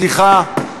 סליחה,